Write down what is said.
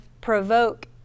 provoke